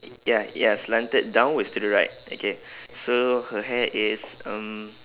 ya ya slanted downwards to the right okay so her hair is um